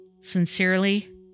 Sincerely